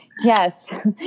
Yes